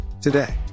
today